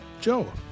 Joe